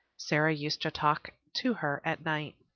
sara used to talk to her at night.